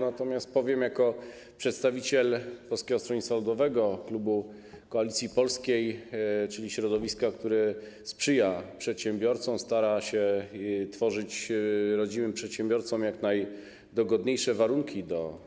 Natomiast powiem jako przedstawiciel Polskiego Stronnictwa Ludowego, klubu Koalicji Polskiej, czyli środowiska, które sprzyja przedsiębiorcom, stara się tworzyć rodzimym przedsiębiorcom jak najdogodniejsze warunki do